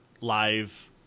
Live